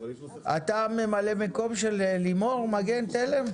אתה ממלא מקום של לימור מגן תלם?